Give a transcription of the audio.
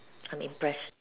I'm impressed